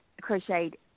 crocheted